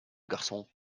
garçon